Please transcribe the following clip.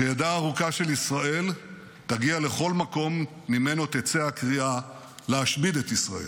שידה הארוכה של ישראל תגיע לכל מקום שממנו תצא הקריאה להשמיד את ישראל.